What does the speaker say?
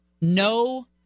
No